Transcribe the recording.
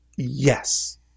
Yes